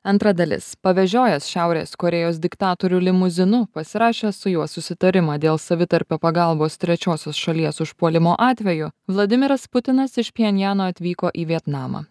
antra dalis pavežiojęs šiaurės korėjos diktatorių limuzinu pasirašė su juo susitarimą dėl savitarpio pagalbos trečiosios šalies užpuolimo atveju vladimiras putinas iš pjenjano atvyko į vietnamą